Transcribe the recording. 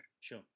Sure